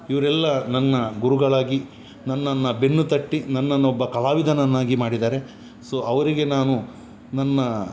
ಇವರೆಲ್ಲ ನನ್ನ ಗುರುಗಳಾಗಿ ನನ್ನನ್ನು ಬೆನ್ನು ತಟ್ಟಿ ನನ್ನನ್ನು ಒಬ್ಬ ಕಲಾವಿದನನ್ನಾಗಿ ಮಾಡಿದ್ದಾರೆ ಸೊ ಅವರಿಗೆ ನಾನು ನನ್ನ